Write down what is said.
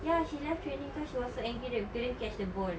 ya she left training cause she was so angry that we couldn't catch the ball